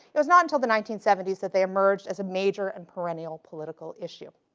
it is not until the nineteen seventy s that they emerge as a major and perennial political issue.